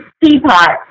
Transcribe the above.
teapot